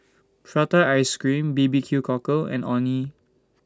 Prata Ice Cream B B Q Cockle and Orh Nee